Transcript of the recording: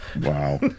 Wow